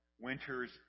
winter's